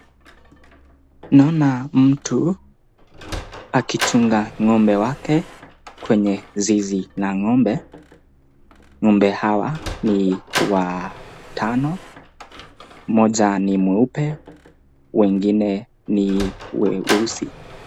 Naona mtu akichunga ng'ombe wake kwenye zizi la ng'ombe. Ng'ombe hawa ni watano. Mmoja ni mweupe, wengine ni weusi.